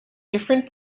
different